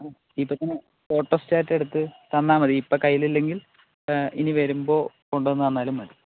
ഇപ്പോൾ തന്നെ ഫോട്ടോസ്റ്റാറ്റ് എടുത്ത് തന്നാൽ മതി ഇപ്പോൾ കയ്യിൽ ഇല്ലെങ്കിൽ ഇനി വരുമ്പോൾ കൊണ്ട് തന്നാലും മതി